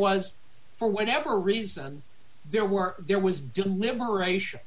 was for whatever reason there were there was deliberation